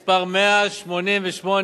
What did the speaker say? מס' 188,